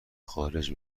خارج